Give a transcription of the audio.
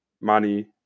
money